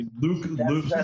Luke